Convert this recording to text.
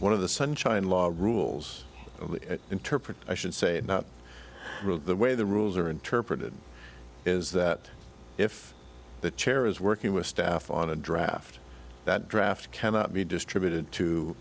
one of the sunshine law rules interpret i should say not the way the rules are interpreted is that if the chair is working with staff on a draft that draft cannot be distributed to